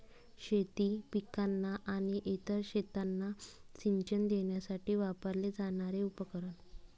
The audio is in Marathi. शेती पिकांना आणि इतर शेतांना सिंचन देण्यासाठी वापरले जाणारे उपकरण